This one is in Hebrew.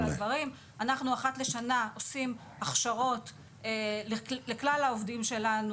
אחת לשנה אנחנו עושים הכשרות לכלל העובדים שלנו